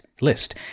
list